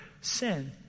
sin